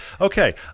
okay